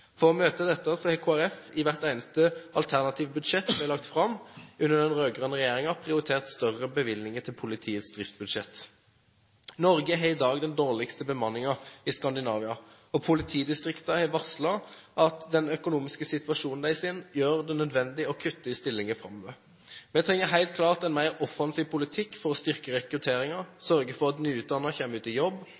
For å møte dette har Kristelig Folkeparti i hvert eneste alternative budsjett vi har lagt fram under den rød-grønne regjeringen, prioritert større bevilgninger til politiets driftsbudsjett. Norge har i dag den dårligste bemanningen i Skandinavia, og politidistriktene har varslet at deres økonomiske situasjon gjør det nødvendig å kutte i stillinger framover. Vi trenger helt klart en mer offensiv politikk for å styrke rekrutteringen, sørge for at nyutdannede kommer ut i jobb,